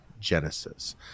Genesis